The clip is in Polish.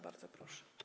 Bardzo proszę.